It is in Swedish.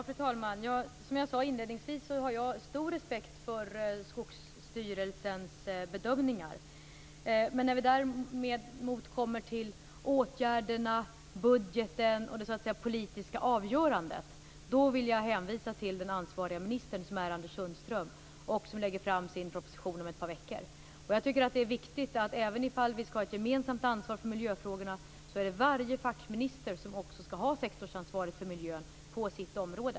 Fru talman! Som jag sade inledningsvis har jag stor respekt för Skogsstyrelsens bedömningar. När det däremot kommer till åtgärderna, budgeten och det politiska avgörandet vill jag hänvisa till den ansvarige ministern, som är Anders Sundström, som lägger fram sin proposition om ett par veckor. Även om vi skall ha ett gemensamt ansvar för miljöfrågorna är det viktigt att varje fackminister har sektorsansvaret för miljön på sitt område.